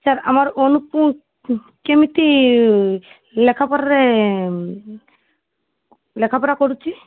sir ଆମର ଅନୁପ କେମିତି ଲେଖାପଢ଼ାରେ ଲେଖାପଢ଼ା କରୁଛି